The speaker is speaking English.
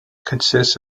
consists